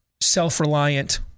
self-reliant